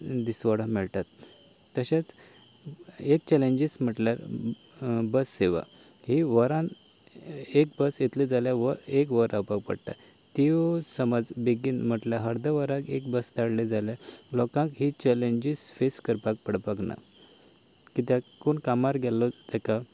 दिसवडो मेळटात तशेंच एक चेलेंजीस म्हटल्यार बस सेवा ही वरान एक बस येतली जाल्यार वर एक वर रावपाक पडटा त्यो समज बेगीन म्हटल्यार अर्दे वराक एक बस धाडली जाल्यार लोकांक ही चेलेंजीस फेस करपाक पडपाक ना कित्याक कोण कामार गेल्लो तेका